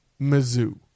Mizzou